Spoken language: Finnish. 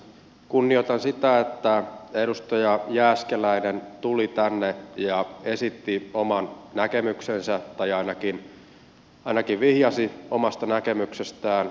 kunnioitan sitä että edustaja jääskeläinen tuli tänne ja esitti oman näkemyksensä tai ainakin vihjasi omasta näkemyksestään